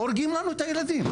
הורגים לנו את הילדים.